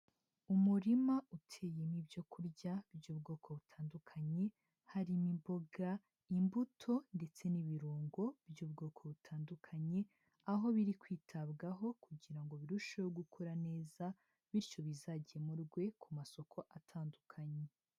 Umurima uteyemo ibyo kurya by'ubwoko butandukanye harimo imboga, imbuto, ndetse n'ibirungo by'ubwoko butandukanye aho biri kwitabwaho kugira ngo birusheho gukura neza, bityo bizagemurwe ku masoko atandukanye.